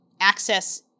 access